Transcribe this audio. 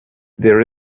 there